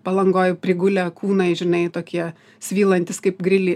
palangoj prigulę kūnai žinai tokie svylantys kaip grily